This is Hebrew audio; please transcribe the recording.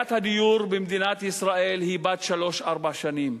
בעיית הדיור במדינת ישראל היא בת שלוש-ארבע שנים.